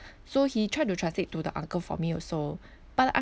so he tried to translate to the uncle for me also but the